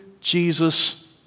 Jesus